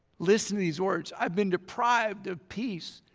listen to these words i've been deprived of peace.